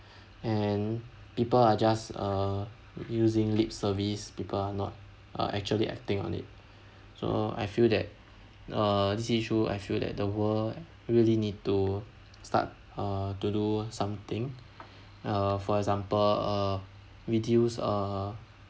and people are just uh using lip service people are not uh actually acting on it so I feel that uh this issue I feel that the world really need to start uh to do something uh for example uh reduced uh